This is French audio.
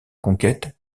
conquête